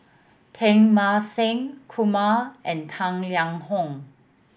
Teng Mah Seng Kumar and Tang Liang Hong